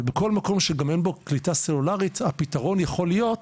אבל בכל מקום שגם אין בו רשת אינטרנט הפתרון יכול להיות